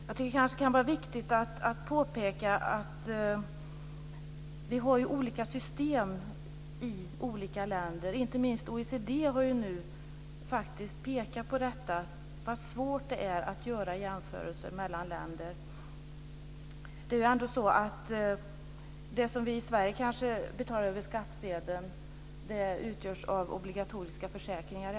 Jag tycker att det kan vara viktigt att påpeka att man har olika system i olika länder. Inte minst har OECD nu pekat på hur svårt det är att göra jämförelser mellan länder. Det som vi i Sverige betalar över skattsedeln kan i andra länder betalas via obligatoriska försäkringar.